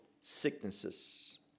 sicknesses